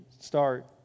start